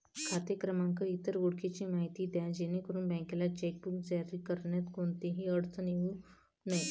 खाते क्रमांक, इतर ओळखीची माहिती द्या जेणेकरून बँकेला चेकबुक जारी करण्यात कोणतीही अडचण येऊ नये